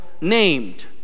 named